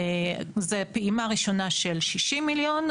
זה פעימה ראשונה של 60 מיליון.